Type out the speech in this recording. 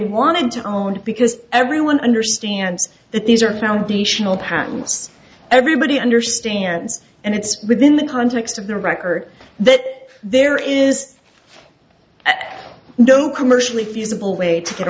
wanted to own it because everyone understands that these are foundational patents everybody understands and it's within the context of the record that there is no commercially feasible way to get